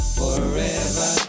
forever